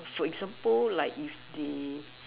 for example like if the